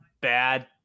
bad